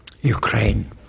Ukraine